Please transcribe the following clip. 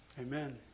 amen